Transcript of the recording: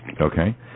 Okay